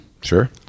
Sure